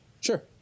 sure